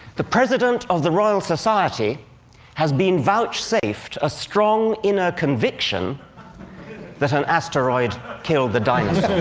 the president of the royal society has been vouchsafed a strong inner conviction that an asteroid killed the dinosaurs.